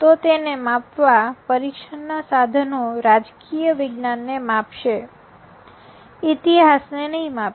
તો તેને માપવા પરીક્ષણ ના સાધનો રાજકીય વિજ્ઞાનને માપશે ઇતિહાસને નહીં માપે